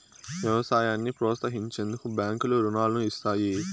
వ్యవసాయాన్ని ప్రోత్సహించేందుకు బ్యాంకులు రుణాలను ఇస్తాయి